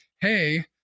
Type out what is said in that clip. hey